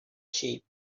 shape